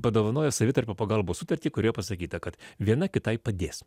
padovanojo savitarpio pagalbos sutartį kurioje pasakyta kad viena kitai padės